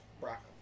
broccoli